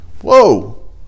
Whoa